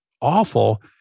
awful